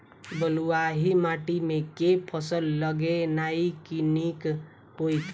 बलुआही माटि मे केँ फसल लगेनाइ नीक होइत?